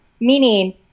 meaning